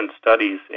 studies